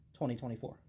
2024